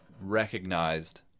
recognized